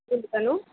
hello